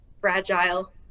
fragile